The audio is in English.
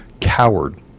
coward